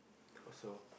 also